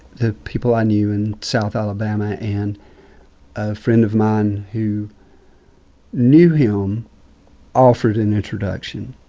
the people i knew in south alabama and a friend of mine who knew him offered an introduction.